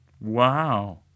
Wow